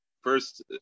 first